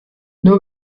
nur